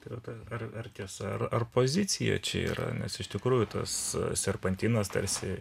tirta ar ar tiesa ar pozicija čia yra nes iš tikrųjų tas serpantinas tarsi